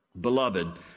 beloved